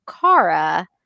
Kara